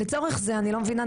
לצורך זה אני לא מבינה,